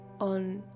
on